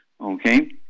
Okay